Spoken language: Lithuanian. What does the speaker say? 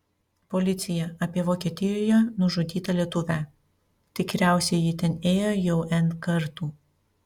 policija apie vokietijoje nužudytą lietuvę tikriausiai ji ten ėjo jau n kartų